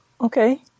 Okay